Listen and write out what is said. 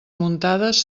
muntades